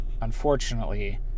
Unfortunately